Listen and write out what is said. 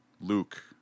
luke